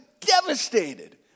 devastated